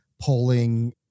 polling